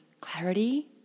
clarity